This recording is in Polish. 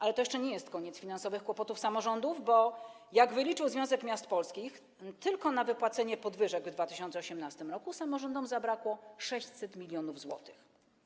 Ale to jeszcze nie jest koniec finansowych kłopotów samorządów, bo jak wyliczył Związek Miast Polskich, tylko na wypłacenie podwyżek w 2018 r. samorządom zabrakło 600 mln zł.